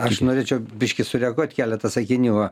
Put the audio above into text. aš norėčiau biškį sureaguot keletą sakinių